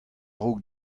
raok